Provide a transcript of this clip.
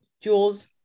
Jules